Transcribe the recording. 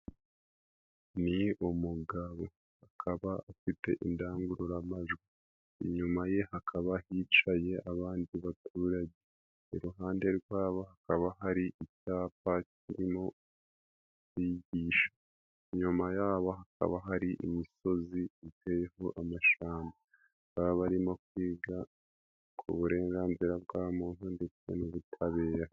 Ni umugabo akaba afite indangururamajwi, inyuma ye hakaba hicaye abandi baturage, iruhande rwabo hakaba hari icyapa kirimo kwigisha, inyuma yabo hakaba hari imisozi iteyeho amashamba, baba barimo kwiga ku burenganzira bwa muntu ndetse n'ubutabera.